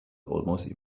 almost